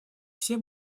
все